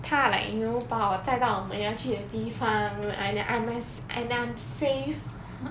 他 like you know 把我载到我要去的地方 an~ and I'm safe